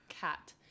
cat